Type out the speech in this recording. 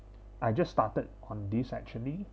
I just started on this actually